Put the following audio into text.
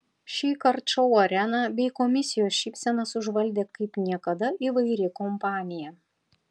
šįkart šou areną bei komisijos šypsenas užvaldė kaip niekada įvairi kompanija